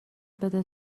بده